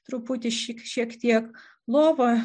truputį šiek tiek lova